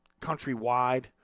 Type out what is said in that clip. countrywide